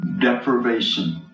deprivation